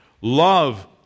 Love